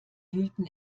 wühlten